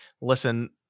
listen